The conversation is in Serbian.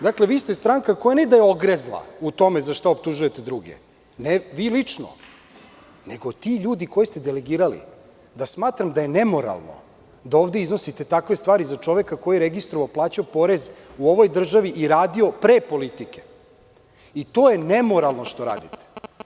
Dakle, vi ste stranka koja ne da je ogrezla u tome za šta optužujete druge, ne vi lično, nego ti ljudi koje ste delegirali, da smatram da je nemoralno da ovde iznosite takve stvari za čoveka koji je registrovao, plaćao poreze u ovoj državi i radio pre politike, i to je nemoralno što radite.